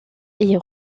est